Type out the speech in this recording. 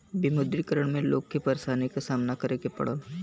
विमुद्रीकरण में लोग के परेशानी क सामना करे के पड़ल